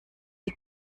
die